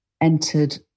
entered